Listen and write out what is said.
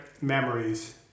memories